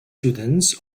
students